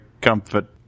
comfort